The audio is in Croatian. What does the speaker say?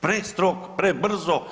Prestrog, prebrzo